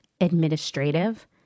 administrative